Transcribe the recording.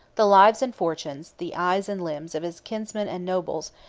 the lives and fortunes, the eyes and limbs, of his kinsmen and nobles,